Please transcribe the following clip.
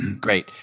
Great